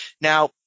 now